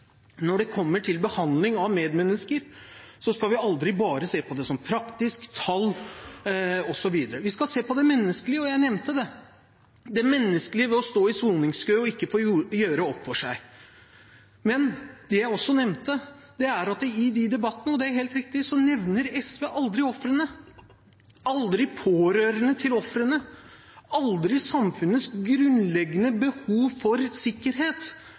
Når det kommer til behandling av medmennesker, skal vi aldri bare se på det som et praktisk tall osv. Vi skal se på det menneskelige, og jeg nevnte det, det menneskelige ved å stå i soningskø og ikke få gjøre opp for seg. Men det jeg også nevnte, er at i de debattene – og det er helt riktig – nevner SV aldri ofrene, aldri pårørende til ofrene, aldri samfunnets grunnleggende behov for sikkerhet